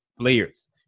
players